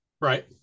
Right